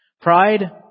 Pride